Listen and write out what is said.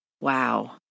Wow